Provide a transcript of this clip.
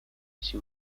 she